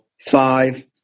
Five